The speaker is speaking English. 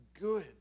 good